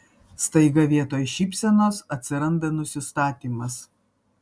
staiga vietoj šypsenos atsiranda nusistatymas